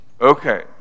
Okay